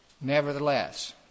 nevertheless